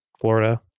florida